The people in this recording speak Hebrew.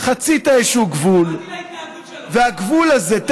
חצית איזשהו גבול, והגבול הזה, ההתנהגות שלו.